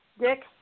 dick